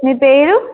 మీ పేరు